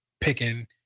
picking